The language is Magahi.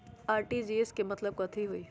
आर.टी.जी.एस के मतलब कथी होइ?